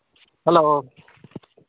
hello